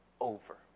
over